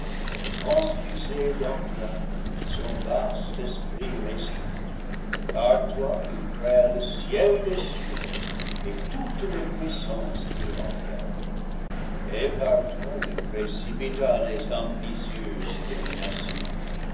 dans loi son vaste esprit réside par toi il créa le ciel des cieux et toutes les puissances qu'il renferme et par toi il précipita les ambitieuses dominations